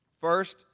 First